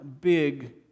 big